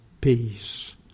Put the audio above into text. peace